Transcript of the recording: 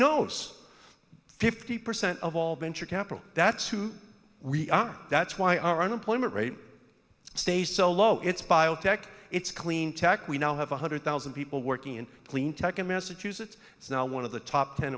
knows fifty percent of all venture capital that's who we are that's why our unemployment rate stays so low it's biotech it's clean tech we now have one hundred thousand people working in clean tech in massachusetts it's now one of the top ten